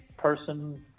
person